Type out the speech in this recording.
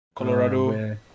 Colorado